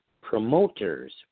promoters